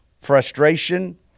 frustration